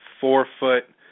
four-foot